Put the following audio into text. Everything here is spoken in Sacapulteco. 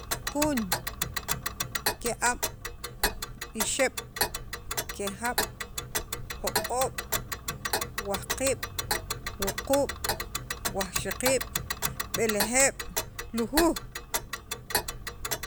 jun, ki'ab', ixeb' kijab', jo'oob', wajqiib', wuquub', b'elejeeb', lujuuj